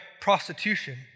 prostitution